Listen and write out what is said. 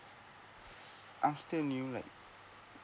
I've just knew like